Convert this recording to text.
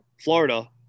Florida